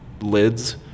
lids